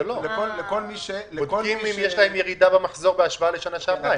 הם בודקים אם יש להם ירידה במחזור בהשוואה לשנה שעברה.